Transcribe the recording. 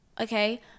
okay